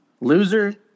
loser